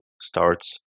starts